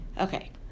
Okay